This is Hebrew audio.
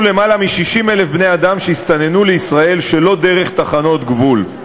יותר מ-60,000 בני-אדם שהסתננו לישראל שלא דרך תחנות גבול.